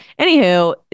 anywho